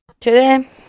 Today